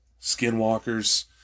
Skinwalkers